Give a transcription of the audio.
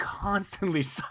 constantly